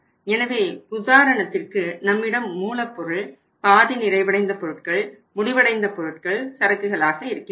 எனவே உதாரணத்திற்கு நம்மிடம் மூலப்பொருள் பாதி நிறைவடைந்த பொருட்கள் முடிவடைந்த பொருட்கள் சரக்குகளாக இருக்கின்றது